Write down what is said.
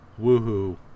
woohoo